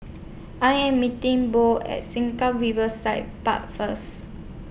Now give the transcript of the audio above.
I Am meeting Bo At Sengkang Riverside Park First